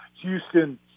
Houston